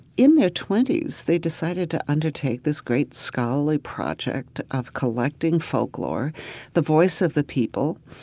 in their twenty s, they decided to undertake this great scholarly project of collecting folklore the voice of the people,